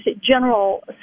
General